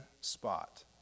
spot